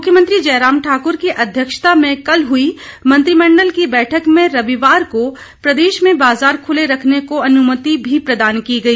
मुख्यमंत्री जयराम ठाक्र की अध्यक्षता में कल हुई मंत्रिमंडल की बैठक में रविवार को प्रदेश में बाजार खुले रखने को अनुमति भी प्रदान की गई